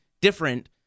different